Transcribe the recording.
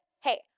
hey